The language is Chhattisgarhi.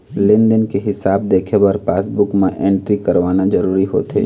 लेन देन के हिसाब देखे बर पासबूक म एंटरी करवाना जरूरी होथे